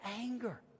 anger